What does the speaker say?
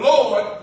Lord